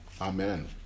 Amen